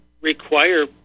require